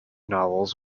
novels